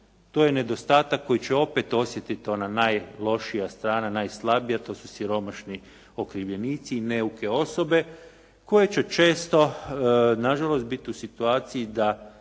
To je nedostatak koji će opet osjetiti ona najlošija strana, najslabija, to su siromašni okrivljenici, neuke osobe koje će često nažalost biti u situaciji da